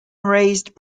raised